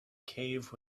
cave